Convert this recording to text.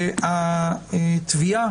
שהתביעה